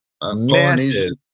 Polynesian